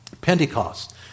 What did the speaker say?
Pentecost